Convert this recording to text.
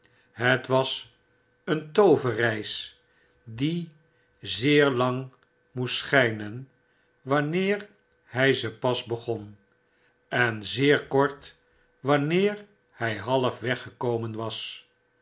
het was een tooverreis die zeer jang moest schynen wanneer hy ze pas begon en zeer kort wanneer hy halfweg gekomen was